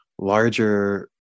larger